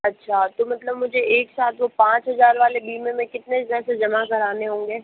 अच्छा तो मतलब मुझे एक साथ पाँच हजार वाले बीमे में मुझे कितने पैसे जमा कराने होंगे